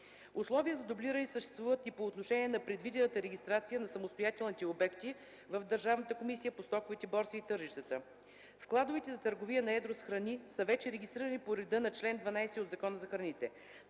Условия за дублиране съществуват и по отношение на предвидената регистрация на самостоятелните обекти в Държавната комисия по стоковите борси и тържищата. Складовете за търговия на едро с храни са вече регистрирани по реда на чл. 12 от Закона за храните.